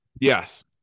Yes